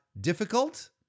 difficult